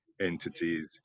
entities